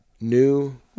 new